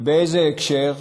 ובאיזה הקשר?